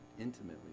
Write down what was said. intimately